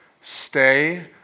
Stay